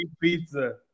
pizza